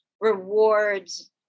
rewards